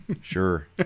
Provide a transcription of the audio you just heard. Sure